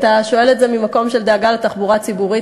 אתה שואל את זה ממקום של דאגה לתחבורה הציבורית.